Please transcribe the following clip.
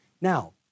Now